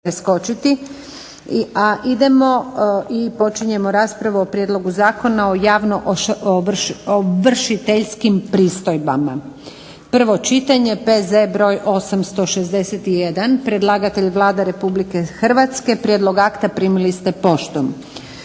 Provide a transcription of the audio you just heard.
Idemo i počinjemo raspravu o - Prijedlog zakona o javnoovršiteljskim pristojbama, prvo čitanje, P.Z. br.861 Predlagatelj je Vlada Republike Hrvatske. Prijedlog akta primili ste poštom.